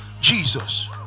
Jesus